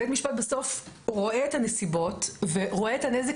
בית משפט בסוף רואה את הנסיבות ורואה את הנזק